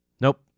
Nope